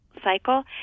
Cycle